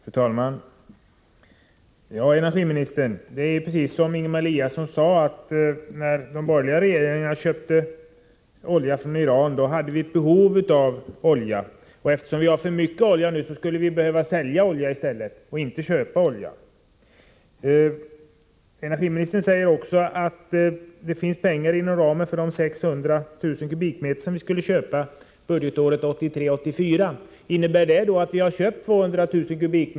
Fru talman! Det är precis så som Ingemar Eliasson sade, fru energiminister, att när de borgerliga regeringarna köpte olja från Iran hade vi behov av olja. Eftersom vi har för mycket olja nu skulle vi behöva sälja i stället för att köpa olja. Energiministern säger att det finns pengar inom ramen för de 600 000 m? som vi skulle köpa budgetåret 1983/84. Innebär det att vi har köpt 200 000 m?